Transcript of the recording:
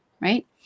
right